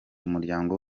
umuryango